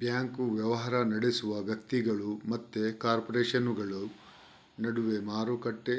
bank ವ್ಯವಹಾರ ನಡೆಸುವ ವ್ಯಕ್ತಿಗಳು ಮತ್ತೆ ಕಾರ್ಪೊರೇಷನುಗಳ ನಡುವೆ ಮಾರುಕಟ್ಟೆ